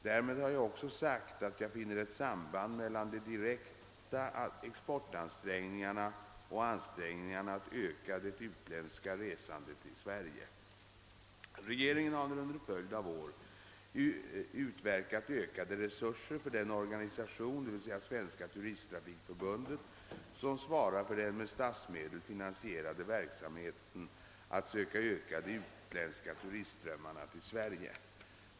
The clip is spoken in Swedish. Därmed har jag också sagt, att jag finner ett samband mellan de direkta exportansträngningarna och ansträngningarna att öka det utländska resandet till Sverige. Regeringen har under en följd av år utverkat ökade resurser för den organisation, d.v.s. Svenska turisttrafikför bundet, som svarar för den med statsmedel finansierade verksamheten att söka öka de utländska turistströmmarna till Sverige.